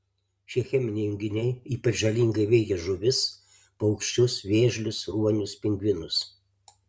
šie cheminiai junginiai ypač žalingai veikia žuvis paukščius vėžlius ruonius pingvinus